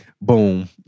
Boom